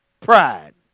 pride